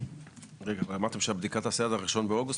2024). רגע אבל אמרתם שהבדיקה תיעשה עד ה-1 באוגוסט,